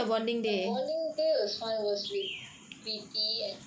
the bonding day was fine it was with preeti and